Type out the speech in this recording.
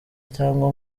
cyangwa